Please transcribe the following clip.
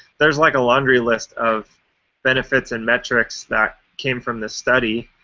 there's, like, a laundry list of benefits and metrics that came from this study,